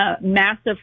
Massive